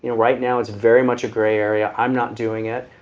you know right now it's very much a gray area. i'm not doing it.